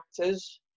actors